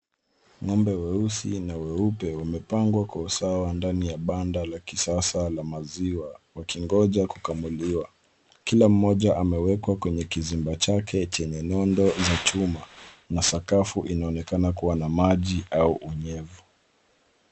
Ng'ombe weusi na weupe wamepangwa kwa usawa ndani ya banda la kisasa la maziwa wakingoja kukamuliwa. Kila moja amewekwa kwenye kizimba chake chenye nondo za chuma na sakafu inaonekana kuwa na maji au unyevu.